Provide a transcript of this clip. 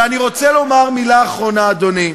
ואני רוצה לומר מילה אחרונה, אדוני.